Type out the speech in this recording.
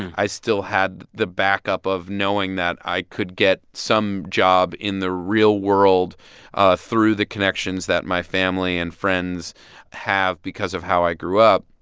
i still had the backup of knowing that i could get some job in the real world ah through the connections that my family and friends have because of how i grew up.